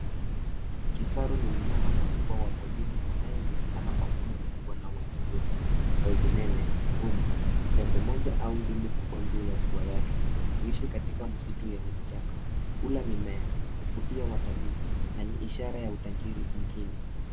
Kifaru ni mnyama mkubwa wa porini anayejulikana kwa mwili mkubwa na wenye nguvu, ngozi nene ngumu, pembe moja au mbili kubwa juu ya pua yake, huishi katika msitu yenye vichaka, hula mimea, huvutia watalii na ni ishara ya utajiri nchini.